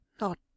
Not